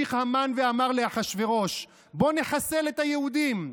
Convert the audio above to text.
המשיך המן ואמר לאחשוורוש: בוא נחסל את היהודים.